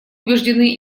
убеждены